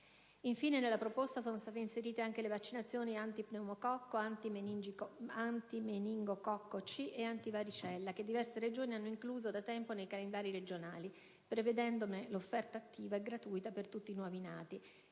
Infine, nella proposta sono state inserite anche le vaccinazioni antipneumococco, antimeningococco C ed antivaricella, che diverse Regioni hanno incluso da tempo nei calendari regionali, prevedendone l'offerta attiva e gratuita per tutti i nuovi nati.